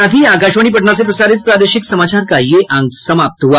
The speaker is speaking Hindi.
इसके साथ ही आकाशवाणी पटना से प्रसारित प्रादेशिक समाचार का ये अंक समाप्त हुआ